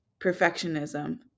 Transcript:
perfectionism